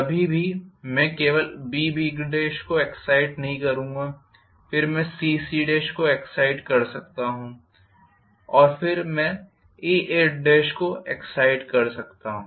कभी भी मैं केवल BB को एक्साइट नहीं करूंगा फिर मैं CC को एक्साइट कर सकता हूं फिर मैं AA को एक्साइट कर सकता हूं